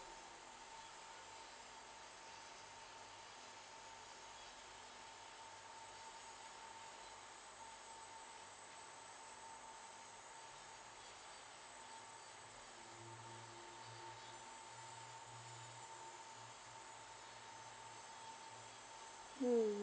mm